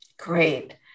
Great